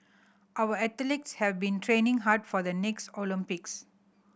our athletes have been training hard for the next Olympics